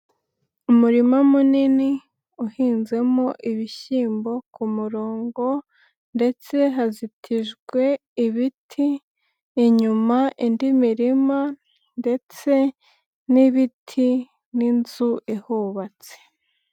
Umurima munini uhinzemo ibishyimbo ku murongo ndetse hazitijwe ibiti inyuma, indi mirima ndetse n'ibiti n'inzu ihubatse.